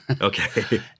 Okay